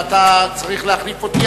אתה צריך להחליף אותי,